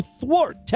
thwart